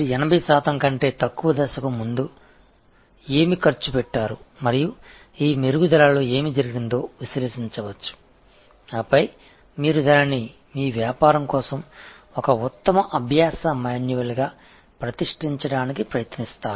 80 சதவிகிதத்திற்கும் குறைவான இந்த நிலைக்கு என்ன செலவாகும் இந்த முன்னேற்றங்கள் என்ன நடந்தது என்பதை நீங்கள் பகுப்பாய்வு செய்யலாம் பின்னர் அதை உங்கள் வணிகத்திற்கான ஒரு சிறந்த பயிற்சி கையேட்டில் சேர்க்க முயற்சிக்கிறீர்கள்